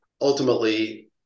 Ultimately